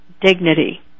dignity